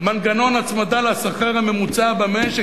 מנגנון הצמדה לשכר הממוצע במשק,